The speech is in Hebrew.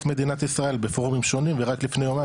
מדינת ישראל בפורומים שונים ורק לפני יומיים,